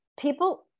People